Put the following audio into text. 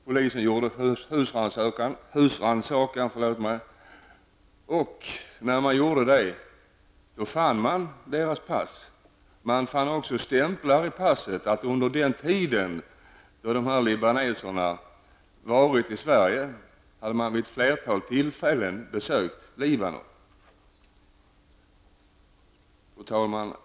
Polisen gjorde husrannsakan och fann då deras pass. I passen fanns också stämplar som visade att libaneserna vid ett flertal tillfällen under asyltiden hade besökt Libanon. Fru talman!